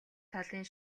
талын